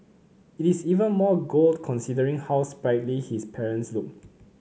it is even more gold considering how sprightly his parents look